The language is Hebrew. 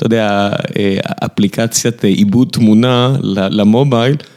אתה יודע, אפליקציית עיבוד תמונה למובייל.